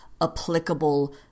applicable